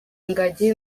ingagi